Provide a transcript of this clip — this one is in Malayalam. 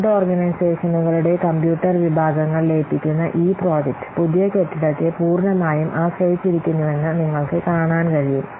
രണ്ട് ഓർഗനൈസേഷനുകളുടെ കമ്പ്യൂട്ടർ വിഭാഗങ്ങൾ ലയിപ്പിക്കുന്ന ഈ പ്രോജക്റ്റ് പുതിയ കെട്ടിടത്തെ പൂർണമായും ആശ്രയിച്ചിരിക്കുന്നുവെന്ന് നിങ്ങൾക്ക് കാണാൻ കഴിയും